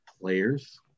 players